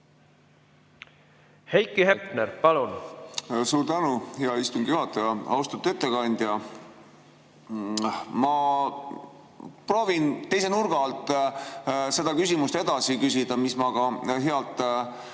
Heiki Hepner, palun! Suur tänu, hea istungi juhataja! Austatud ettekandja! Ma proovin teise nurga alt seda küsimust edasi küsida, mis ma ka healt